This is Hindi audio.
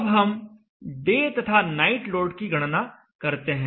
अब हम डे तथा नाइट लोड की गणना करते हैं